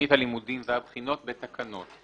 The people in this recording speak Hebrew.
תוכנית הלימודים והבחינות בתקנות.